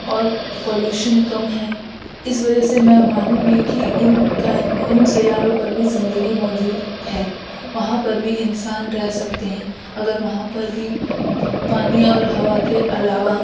اور پالوشن کم ہے اس وجہ سے میں مانوں گی کہ ان سیاروں پر بھی زندگی موجود ہے وہاں پر بھی انسان رہ سکتے ہیں اگر وہاں پر بھی پانی اور ہوا کے علاوہ